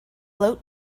float